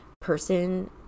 person